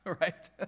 right